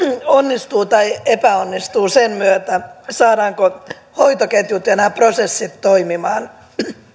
onnistuu tai epäonnistuu sen myötä saadaanko hoitoketjut ja nämä prosessit toimimaan